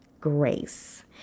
Grace